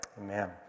Amen